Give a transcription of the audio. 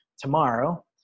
tomorrow